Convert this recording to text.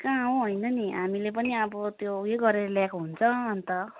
कहाँ हौ होइन नि हामीले पनि अब त्यो ऊ यो गरेर ल्याएको हुन्छ अन्त